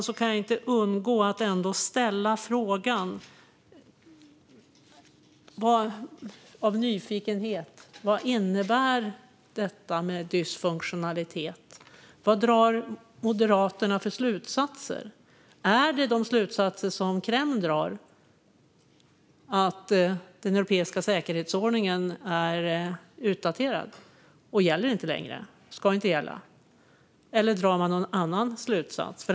Därför kan jag inte låta bli att av nyfikenhet ställa frågan: Vad innebär detta med dysfunktionalitet? Vad drar Moderaterna för slutsatser? Är det de slutsatser som Kreml drar - att den europeiska säkerhetsordningen är utdaterad och inte längre ska gälla? Eller drar de någon annan slutsats?